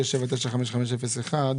בתכנית 6795501